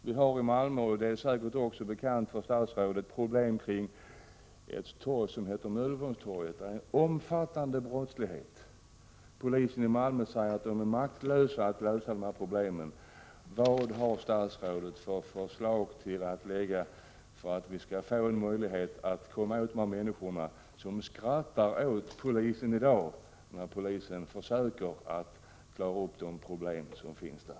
Vi har i Malmö — det är säkert också bekant för statsrådet — problem med omfattande brottslighet kring Möllevångstorget. Polisen i Malmö säger att den är maktlös och kan inte lösa problemen. Vad har statsrådet för förslag att lägga fram för att vi skall kunna komma till rätta med dessa? I dag skrattar människor åt polisen när den försöker klara upp de problem som finns där.